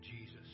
Jesus